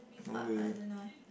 but I don't know eh